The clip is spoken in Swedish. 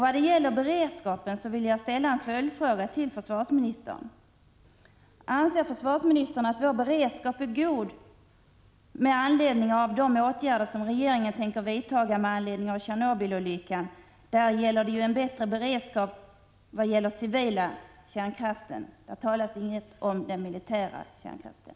Vad gäller beredskapen vill jag ställa en följdfråga till försvarsministern: Anser försvarsministern att vår beredskap är god efter de åtgärder som regeringen tänker vidta med anledning av Tjernobylolyckan? Det är fråga om bättre beredskap i fråga om civil kärnkraft. Jag talar inte om den utan om den militära kärnkraften.